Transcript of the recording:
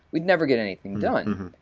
we'd never get anything done.